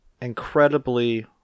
incredibly